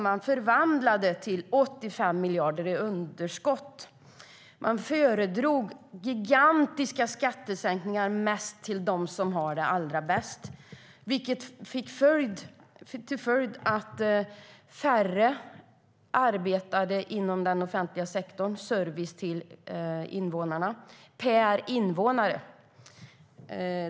Det förvandlade man till 85 miljarder i underskott. Man föredrog gigantiska skattesänkningar som ger mest till dem som har det allra bäst, vilket fått till följd att färre arbetar inom den offentliga sektorn för att ge service till medborgarna, alltså färre per invånare.